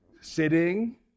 Sitting